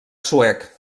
suec